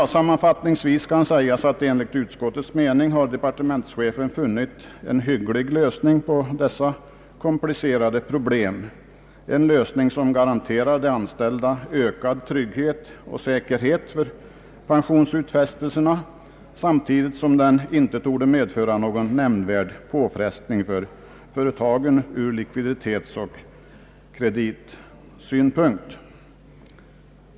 Sammanfattningsvis kan sägas att departementschefen enligt utskottets mening har funnit en hygglig lösning på dessa komplicerade problem, en lösning som garanterar de anställda ökad trygghet och säkerhet för pensionsutfästelser, samtidigt som den inte torde medföra någon nämnvärd påfrestning för företagen ur likviditetsoch kreditsynpunkt.